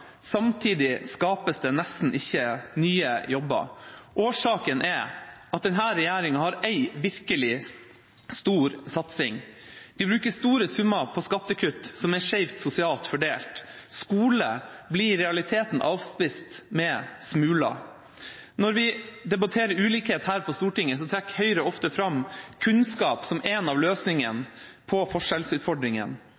samtidig skapes det nesten ikke nye jobber. Årsaken er at denne regjeringa har én virkelig stor satsing: De bruker store summer på skattekutt som er skjevt sosialt fordelt. Skole blir i realiteten avspist med smuler. Når vi debatterer ulikhet her på Stortinget, trekker Høyre ofte fram kunnskap som en av